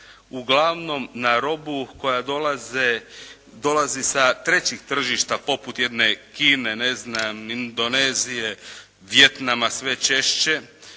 uglavnom na robu koja dolazi sa trećih tržišta poput jedne Kine ne znam Indonezije, Vijetnama sve češće,